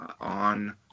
on